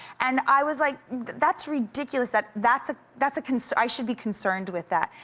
and i was like that's ridiculous that that's that's a concern, i should be concerned with that.